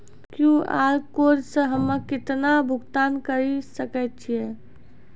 QR code से हम्मय केतना भुगतान करे सके छियै?